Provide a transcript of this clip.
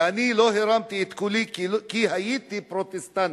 ואני לא הרמתי את קולי, כי הייתי פרוטסטנטי.